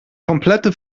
komplette